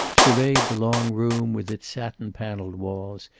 surveyed the long room, with its satin-paneled walls,